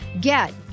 Get